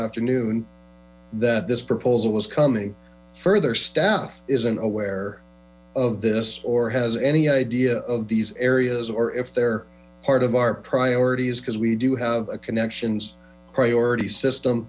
afternoon that this proposal was coming further staff isn't aware of this or has any idea of these areas or if they're part of our priorities because we do have connections priority system